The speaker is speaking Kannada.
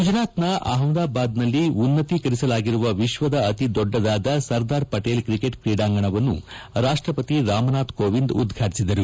ಗುಜರಾತ್ನ ಅಹಮದಾಬಾದ್ನಲ್ಲಿ ಉನ್ನತೀಕರಿಸಲಾಗಿರುವ ವಿಶ್ವದ ಅತಿ ದೊಡ್ಡದಾದ ಕ್ರಿಕೆಟ್ ಕ್ರೀಡಾಂಗಣವನ್ನು ರಾಷ್ಟಪತಿ ರಾಮನಾಥ್ ಕೋವಿಂದ್ ಉದ್ಘಾಟಿಸಿದರು